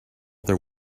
their